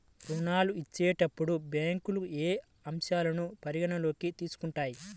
ఋణాలు ఇచ్చేటప్పుడు బ్యాంకులు ఏ అంశాలను పరిగణలోకి తీసుకుంటాయి?